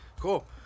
Cool